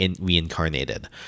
reincarnated